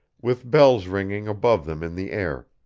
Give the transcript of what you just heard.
with bells ringing above them in the air,